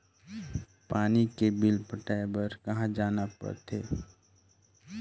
पानी के बिल पटाय बार कहा जाना पड़थे?